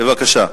בבקשה.